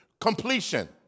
completion